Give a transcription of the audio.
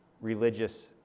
religious